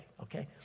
okay